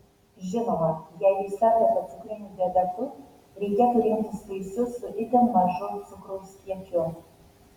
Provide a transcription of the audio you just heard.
žinoma jei jūs sergate cukriniu diabetu reikėtų rinktis vaisius su itin mažu cukraus kiekiu